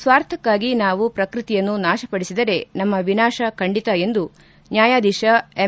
ಸ್ನಾರ್ಥಕಾಗಿ ನಾವು ಪ್ರಕೃತಿಯನ್ನು ನಾಶ ಪಡಿಸಿದರೆ ನಮ್ನ ವಿನಾಶ ಖಂಡಿತ ಎಂದು ನ್ನಾಯಾಧೀತ ಎಂ